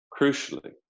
crucially